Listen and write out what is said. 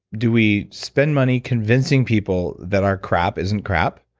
do we spend money convincing people that our crap isn't crap?